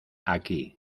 aquí